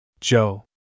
Joe